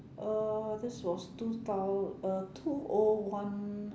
uh this was two thou~ uh two O one